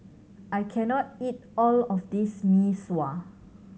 I can not eat all of this Mee Sua